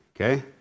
Okay